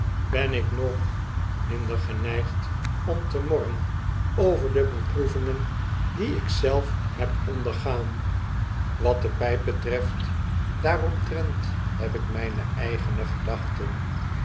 ben ik nog minder geneigd om te morren over de beproevingen die ik zelf heb ondergaan wat de pyp betreft daaromtrent heb ik myne eigene gedachten